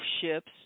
ships